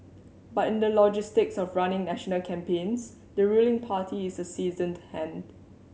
but in the logistics of running national campaigns the ruling party is a seasoned hand